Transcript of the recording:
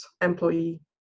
employee